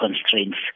constraints